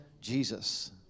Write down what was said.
Jesus